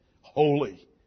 Holy